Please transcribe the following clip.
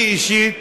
אני אישית,